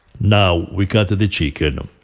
now, we cut the the chicken.